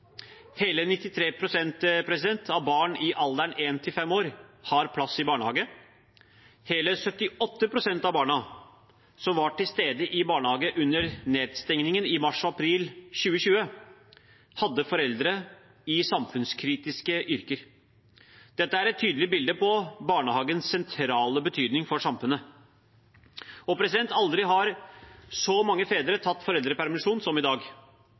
Hele 93 pst. av barn i alderen 1–5 år har plass i barnehage. Hele 78 pst. av barna som var til stede i barnehage under nedstengningen i mars og april 2020, hadde foreldre i samfunnskritiske yrker. Dette er et tydelig bilde på barnehagens sentrale betydning for samfunnet. Aldri har så mange fedre tatt foreldrepermisjon som i dag.